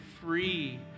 free